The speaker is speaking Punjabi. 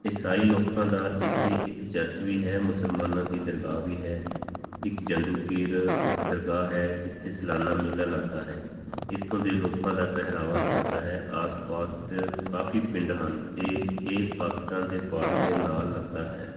ਈਸਾਈ ਲੋਕਾਂ ਦਾ ਇੱਥੇ ਇੱਕ ਚਰਚ ਵੀ ਹੈ ਮੁਸਲਮਾਨਾਂ ਦੀ ਦਰਗਾਹ ਵੀ ਹੈ ਇੱਕ ਜੰਦੂ ਪੀਰ ਦਰਗਾਹ ਹੈ ਜਿੱਥੇ ਸਲਾਨਾ ਮੇਲਾ ਲੱਗਦਾ ਹੈ ਇੱਥੋਂ ਦੇ ਲੋਕਾਂ ਦਾ ਪਹਿਰਾਵਾ ਸਾਦਾ ਹੈ ਆਸ ਪਾਸ ਕਾਫੀ ਪਿੰਡ ਹਨ ਅਤੇ ਇਹ ਪਾਕਿਸਤਾਨ ਦੇ ਬਾਰਡਰ ਦੇ ਨਾਲ ਲੱਗਦਾ ਹੈ